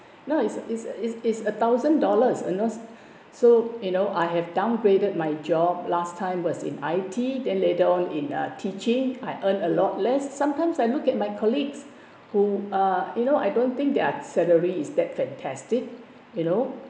no it's it's it's it's a thousand dollars you know so you know I have downgraded my job last time was in I_T then later on in a teaching I earn a lot less sometimes I look at my colleagues who uh you know I don't think their salary is that fantastic you know